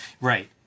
Right